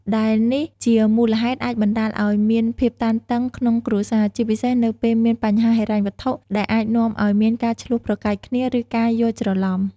ដែលនេះជាមូលហេតុអាចបណ្ដាលឱ្យមានភាពតានតឹងក្នុងគ្រួសារ ជាពិសេសនៅពេលមានបញ្ហាហិរញ្ញវត្ថុ ដែលអាចនាំឱ្យមានការឈ្លោះប្រកែកគ្នា ឬការយល់ច្រឡំ។